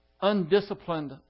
undisciplined